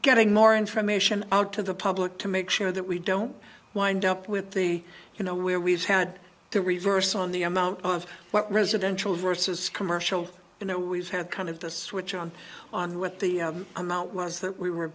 getting more information out to the public to make sure that we don't wind up with the you know where we've had the reverse on the amount of what residential versus commercial you know we've had kind of the switch on on what the amount was that we were